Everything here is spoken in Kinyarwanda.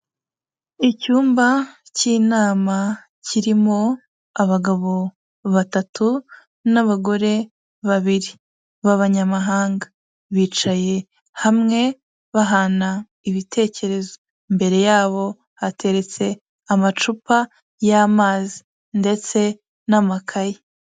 Icyumba cy'inama kirimo abagabo batatu n'abagore babiri b'abanyamahanga, bicaye hamwe bahana ibitekerezo, imbere yabo hateretse amacupa y'amazi ndetse n'amakayi.